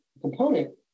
component